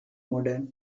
modern